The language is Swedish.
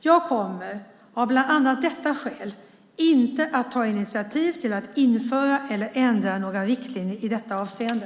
Jag kommer, av bland annat detta skäl, inte att ta initiativ till att införa eller ändra några riktlinjer i detta avseende.